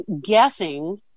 guessing